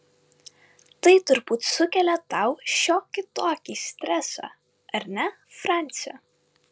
tai turbūt sukelia tau šiokį tokį stresą ar ne franci